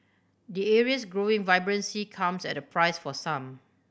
the area's growing vibrancy comes at a price for some